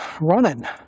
running